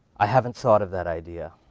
i haven't thought of that idea.